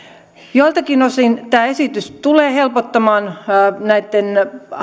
joiltakin osin tämä esitys tulee helpottamaan